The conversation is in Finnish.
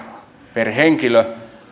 per henkilö